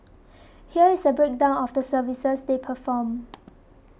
here is a breakdown of the services they perform